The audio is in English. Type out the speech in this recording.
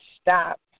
stop